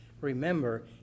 remember